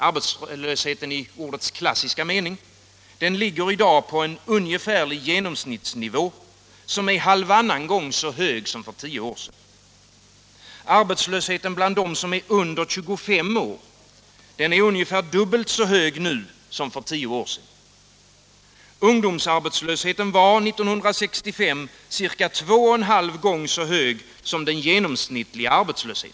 Arbetslösheten, i ordets klassiska mening, ligger i dag på en ungefärlig genomsnittsnivå som är halvannan gång så hög som för tio år sedan. Arbetslösheten bland dem som är under 25 år är ungefär dubbelt så hög nu som för tio år sedan. Ungdomsarbetslösheten var 1965 ca två och en halv gång så hög som den genomsnittliga arbetslösheten.